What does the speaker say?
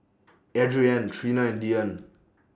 Adrienne Trina and Deane